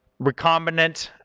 recombinant,